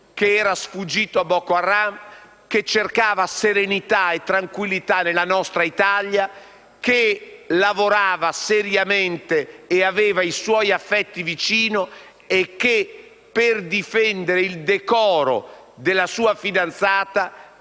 ragazzo, sfuggito a Boko Haram, che cercava serenità e tranquillità nella nostra Italia, che lavorava seriamente e aveva i suoi affetti vicino e che per difendere il decoro della sua fidanzata